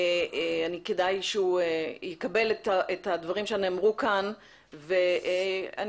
כדאי שהוא יקבל את הדברים שנאמרו כאן ואני